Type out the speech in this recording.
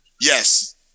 Yes